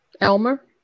Elmer